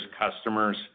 customers